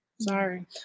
Sorry